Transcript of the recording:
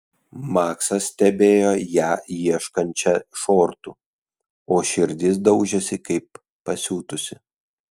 maksas stebėjo ją ieškančią šortų o širdis daužėsi kaip pasiutusi